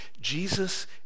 Jesus